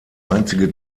einzige